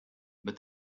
but